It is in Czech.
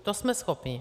To jsme schopni.